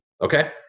okay